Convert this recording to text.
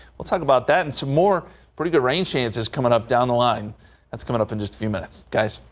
we'll talk about that and some more pretty good rain chances. coming up down the line that's coming up in just a few minutes guys.